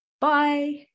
Bye